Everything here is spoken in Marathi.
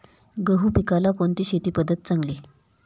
गहू पिकाला कोणती शेती पद्धत चांगली?